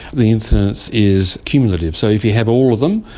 the incidence is cumulative so if you have all of them,